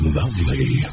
lovely